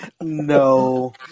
No